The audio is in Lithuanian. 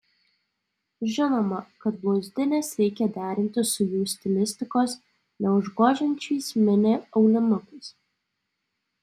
žinoma kad blauzdines reikia derinti su jų stilistikos neužgožiančiais mini aulinukais